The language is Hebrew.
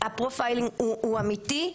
הפרופיילינג הוא אמיתי.